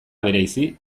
bereizi